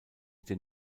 den